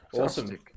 Awesome